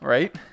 Right